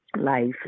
life